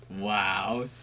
Wow